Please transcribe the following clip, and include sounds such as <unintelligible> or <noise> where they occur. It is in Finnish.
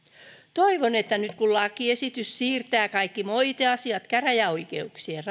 toivon että nyt kun lakiesitys siirtää kaikki moiteasiat käräjäoikeuksien <unintelligible>